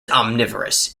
omnivorous